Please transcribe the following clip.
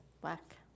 black